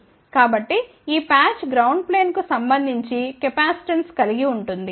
కాబట్టి ఈ patch ground ప్లేన్కు సంబంధించి కెపాసిటెన్స్ కలిగి ఉంటుంది